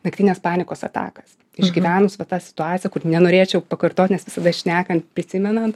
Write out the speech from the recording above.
naktines panikos atakas išgyvenus va tą situaciją kur nenorėčiau pakartot nes visada šnekant prisimenant